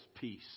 peace